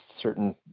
certain